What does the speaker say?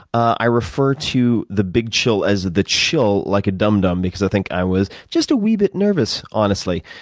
i refer to the big chill as the chill, like a dumb-dumb, because i think i was just a wee bit nervous, honestly,